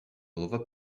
over